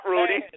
Rudy